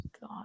God